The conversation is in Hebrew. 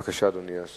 בבקשה, אדוני.